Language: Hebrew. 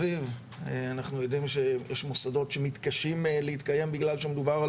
אנחנו יודעים שיש מוסדות שמתקשים להתקיים בגלל שמדובר על